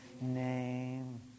name